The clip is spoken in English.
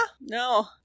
no